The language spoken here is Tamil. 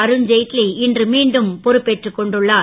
அருண்ஜேட்லி இன்று மீண்டும் பொறுப்பேற்றுக் மத் ய கொண்டுள்ளார்